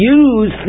use